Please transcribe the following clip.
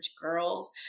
Girls